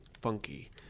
funky